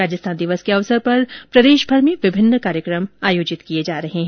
राजस्थान दिवस के अवसर पर आज प्रदेशमर में विभिन्न कार्यक्रम आयोजित किए जा रहे हैं